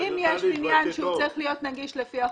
אם יש בניין שצריך להיות נגיש לפי החוק,